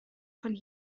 von